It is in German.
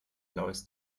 blaues